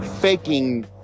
Faking